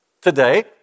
Today